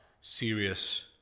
serious